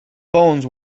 bones